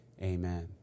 Amen